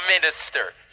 minister